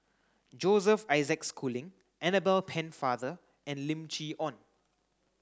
Joseph Isaac Schooling Annabel Pennefather and Lim Chee Onn